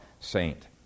saint